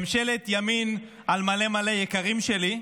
ממשלת ימין על מלא מלא יקרים שלי,